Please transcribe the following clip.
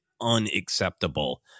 unacceptable